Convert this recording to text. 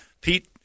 Pete